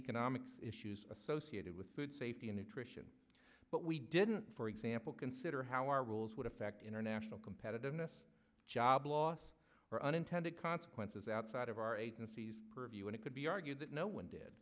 economics issues associated with food safety in nutrition but we didn't for example consider how our rules would affect international competitiveness job loss or unintended consequences outside of our agencies review and it could be argued that no one did